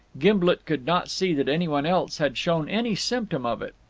gimblet could not see that anyone else had shown any symptom of it.